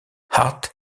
hart